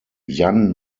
jan